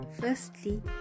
Firstly